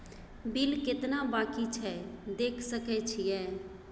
Bill केतना बाँकी छै देख सके छियै?